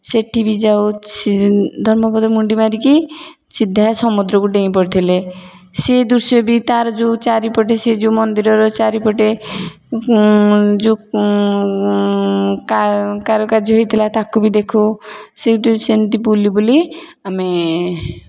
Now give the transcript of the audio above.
ସେଠି ବି ଯାଉ ଧର୍ମପଦ ମୁଣ୍ଡି ମାରିକି ସିଧା ସମୁଦ୍ରକୁ ଡେଇଁ ପଡ଼ିଥିଲେ ସିଏ ଦୃଶ୍ୟ ବି ତାର ଯେଉଁ ଚାରିପଟେ ସେ ଯେଉଁ ମନ୍ଦିରର ଚାରିପଟେ ଯେଉଁ କାରୁକାର୍ଯ୍ୟ ହେଇଥିଲା ତାକୁ ବି ଦେଖଉ ସେଠି ସେମିତି ବୁଲିବୁଲି ଆମେ